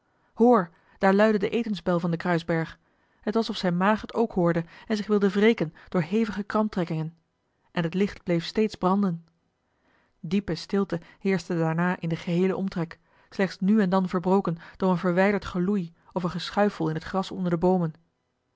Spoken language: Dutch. hoor daar luidde de etensbel van den kruisberg het was of zijn maag het ook hoorde en zich wilde wreken door hevige kramptrekkingen en het licht bleef steeds branden diepe stilte heerschte daarna in den geheelen omtrek slechts nu en dan verbroken door een verwijderd geloei of een geschuifel in het gras onder de boomen